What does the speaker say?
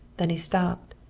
then he stopped.